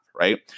right